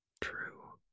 True